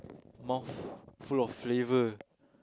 mouth full of flavour